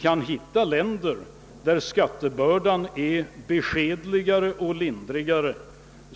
Det finns länder, där skattebördan är beskedligare och lindrigare